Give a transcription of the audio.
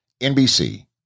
NBC